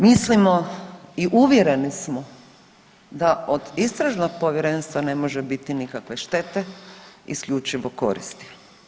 Mislimo i uvjereni smo da od Istražnog povjerenstva ne može biti nikakve štete, isključivo koristi.